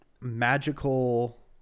magical